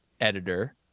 editor